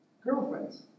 Girlfriends